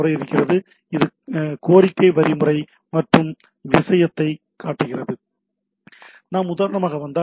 இது கோரிக்கை வரி முறை மற்றும் விஷயத்தைக் காட்டுகிறது நாம் உதாரணமாக வந்தால் இது ஹெச்